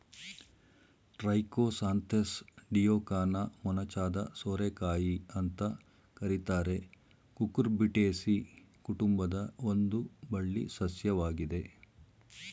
Trichosanthes dioica ಮೊನಚಾದ ಸೋರೆಕಾಯಿ ಅಂತ ಕರೀತಾರೆ ಕುಕುರ್ಬಿಟೇಸಿ ಕುಟುಂಬದ ಒಂದು ಬಳ್ಳಿ ಸಸ್ಯವಾಗಿದೆ